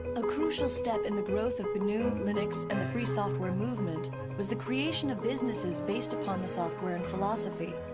a crucial step in the growth of gnu linux and the free software movement was the creation of businesses based upon the software and philosophy.